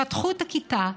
פתחו את הכיתה,